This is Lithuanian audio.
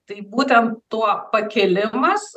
tai būtent tuo pakėlimas